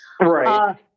right